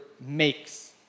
makes